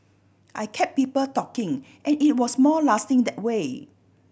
I kept people talking and it was more lasting that way